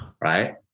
right